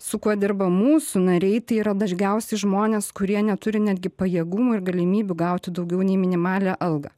su kuo dirba mūsų nariai tai yra dažgiausi žmonės kurie neturi netgi pajėgumų ir galimybių gauti daugiau nei minimalią algą